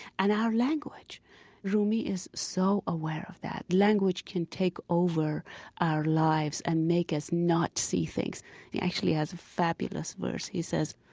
and our language rumi is so aware of that. language can take over our lives and make us not see things he actually has a fabulous verse, he says.